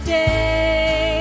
day